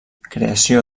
creació